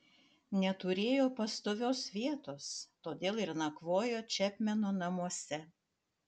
neturėjo pastovios vietos todėl ir nakvojo čepmeno namuose